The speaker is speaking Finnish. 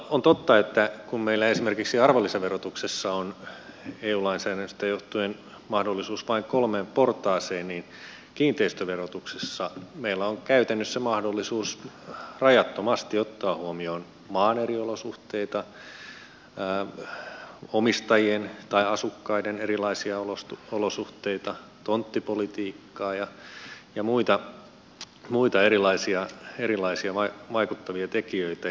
on totta että kun meillä esimerkiksi arvonlisäverotuksessa on eu lainsäädännöstä johtuen mahdollisuus vain kolmeen portaaseen niin kiinteistöverotuksessa meillä on käytännössä mahdollisuus rajattomasti ottaa huomioon maan eri olosuhteita omistajien tai asukkaiden erilaisia olosuhteita tonttipolitiikkaa ja muita erilaisia vaikuttavia tekijöitä